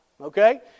Okay